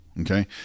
Okay